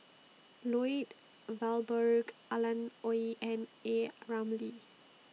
Lloyd Valberg Alan Oei and A Ramli